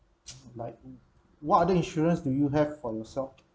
like what other insurance do you have for yourself